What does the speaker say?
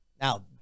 Now